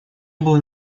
было